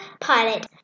pilot